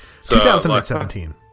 2017